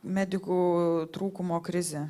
medikų trūkumo krizė